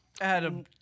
Adam